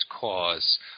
cause